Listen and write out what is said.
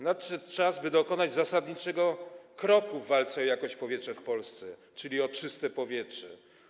Nadszedł czas, by dokonać zasadniczego kroku w walce o jakość powietrza w Polsce, czyli o czyste powietrze.